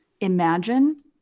imagine